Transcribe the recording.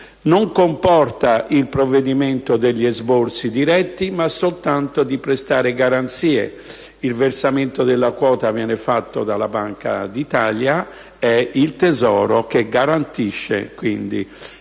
non comporta degli esborsi diretti, ma soltanto di prestare garanzie. Il versamento della quota viene fatto dalla Banca d'Italia, e il Tesoro, quindi, garantisce.